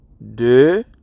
de